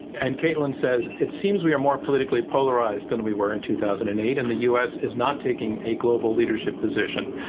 and caitlyn says, it seems we are more politically polarized than we were in two thousand and eight, and the u. s. is not taking a global leadership position.